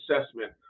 assessment